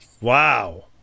Wow